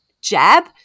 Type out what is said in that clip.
Jab